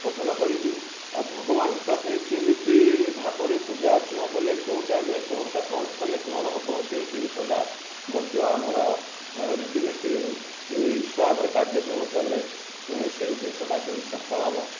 ପଠନ କରିଛୁ ଆଉ ଭଗବାନ ପାଖରେ କେମିତି ଭାବରେ ପୂଜା ଅର୍ଚ୍ଚନା କଲେ କେଉଁ ଟାଇମ୍ରେ କେଉଁଟା କଲେ କଣ ହବ ସେଇ ଜିନିଷ ଟା ମଧ୍ୟ ଆମର ରୀତିନୀତି ଇର୍ଷା ଉପରେ କାର୍ଯ୍ୟକ୍ରମ କଲେ ସେଇ ଜିନିଷ ଟା କେମିତି ସଫଳ ହବ